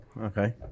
Okay